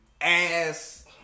ass